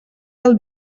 del